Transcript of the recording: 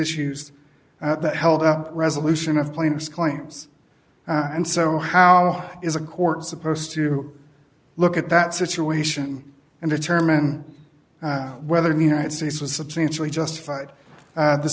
issues that held up resolution of plaintiff's claims and so how is a court supposed to look at that situation and determine whether in the united states was substantially justified